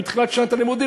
בתחילת שנת הלימודים,